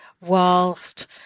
whilst